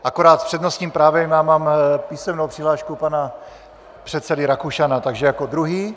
Akorát s přednostním právem já mám písemnou přihlášku pana předsedy Rakušana, takže jako druhý.